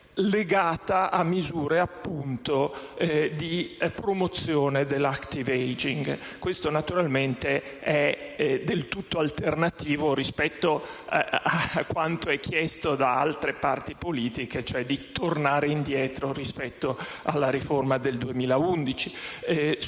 legata a misure, appunto, di promozione dell'*active ageing*. Questo, naturalmente, è del tutto alternativo rispetto a quanto è chiesto da altre parti politiche, cioè di tornare indietro rispetto alla riforma del 2011.